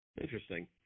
interesting